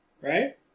right